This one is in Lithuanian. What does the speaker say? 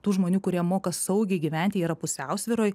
tų žmonių kurie moka saugiai gyventi yra pusiausvyroj